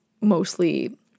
mostly